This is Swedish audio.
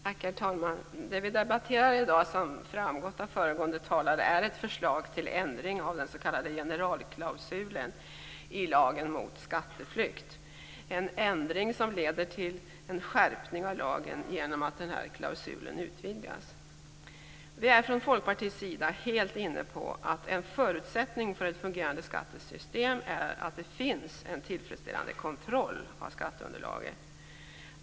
Herr talman! Det vi debatterar i dag är, som framgått av föregående talare, ett förslag till ändring av den s.k. generalklausulen i lagen om skatteflykt. Det är en ändring som leder till en skärpning av lagen genom att klausulen utvidgas. Vi är från Folkpartiets sida helt inne på att en förutsättning för ett fungerande skattesystem är att det finns en tillfredsställande kontroll av skatteunderlaget.